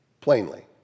plainly